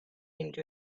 into